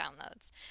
downloads